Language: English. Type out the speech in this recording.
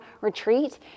retreat